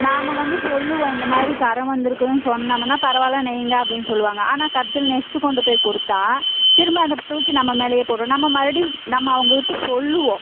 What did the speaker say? நாம் வந்து சொல்வோம் இந்த மாதிரி கறை வந்துருக்குதுன்னு சொன்னோமுன்னா பரவாயில்ல நெய்யுங்க அப்படின்னு சொல்வாங்க ஆனால் கடைசில நெஸ்ஸு கொண்டுப் போய் கொடுத்தா திரும்ப அந்த தூக்கி நம்ம மேலேயே போடு நம்ம மறுபடியும் நம்ம அவங்கக்கிட்ட சொல்வோம்